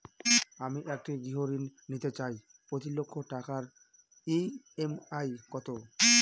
আমি একটি গৃহঋণ নিতে চাই প্রতি লক্ষ টাকার ই.এম.আই কত?